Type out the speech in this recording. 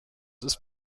ist